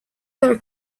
other